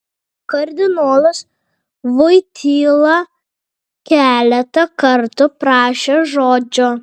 kardinolas voityla keletą kartų prašė žodžio